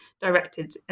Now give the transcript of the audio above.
directed